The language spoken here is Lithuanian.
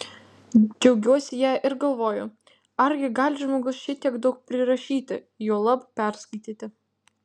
džiaugiuosi ja ir galvoju argi gali žmogus šitiek daug prirašyti juolab perskaityti